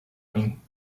mim